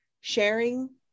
sharing